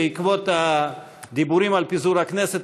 בעקבות הדיבורים על פיזור הכנסת,